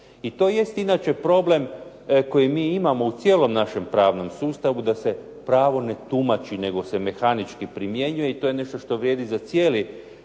I to jest inače problem koji mi imamo u cijelom našem pravnom sustavu da se pravo ne tumači nego se mehanički primjenjuje i to je nešto što vrijedi za cijeli